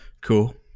Cool